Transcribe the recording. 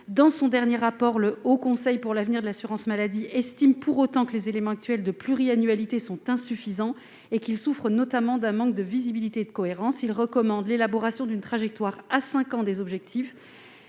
Dans son dernier rapport, le Haut Conseil pour l'avenir de l'assurance maladie estime néanmoins que les éléments actuels de pluriannualité sont insuffisants et qu'ils souffrent d'un manque de visibilité et de cohérence. Il recommande l'élaboration d'une trajectoire à cinq ans des objectifs,